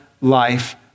life